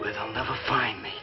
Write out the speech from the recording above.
will never find me